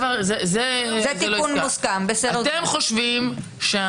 אתם חושבים איך מדלגים,